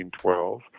1912